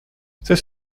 c’est